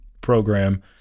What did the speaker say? program